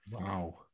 Wow